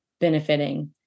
benefiting